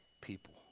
people